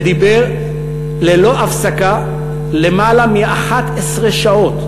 ודיבר ללא הפסקה למעלה מ-11 שעות,